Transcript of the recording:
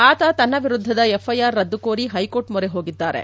ಆತ ತನ್ನ ವಿರುದ್ದದ ಎಫ್ಐಆರ್ ರದ್ದು ಕೋರಿ ಹೈಕೋರ್ಟ್ ಮೊರೆ ಹೋಗಿದ್ದಾರೆ